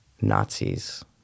Nazis